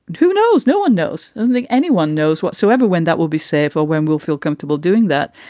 who knows? no one knows. i don't think anyone knows whatsoever when that will be safe or when we'll feel comfortable doing that.